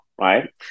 right